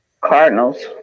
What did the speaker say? Cardinals